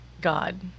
God